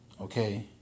Okay